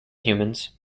humans